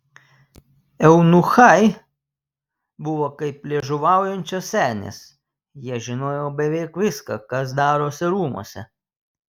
eunuchai buvo kaip liežuvaujančios senės jie žinojo beveik viską kas darosi rūmuose